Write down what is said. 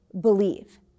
believe